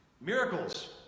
miracles